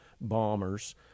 bombers